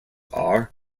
are